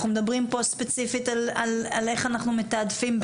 אנחנו מדברים פה ספציפית על איך אנחנו מתעדפים בתוך העניין של התוספות.